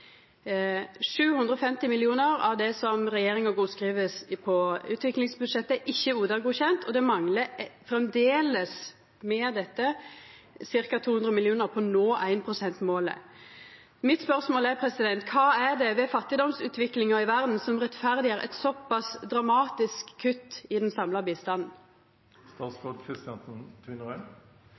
750 mill. kr av det som regjeringa godskriv på utviklingsbudsjettet, er ikkje ODA-godkjent, og det manglar framleis – med dette – ca. 200 mill. kr på å nå 1-prosentmålet. Mitt spørsmål er: Kva er det ved fattigdomsutviklinga i verda som rettferdiggjer eit såpass dramatisk kutt i den samla bistanden?